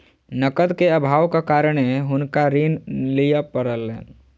नकद के अभावक कारणेँ हुनका ऋण लिअ पड़लैन